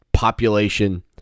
population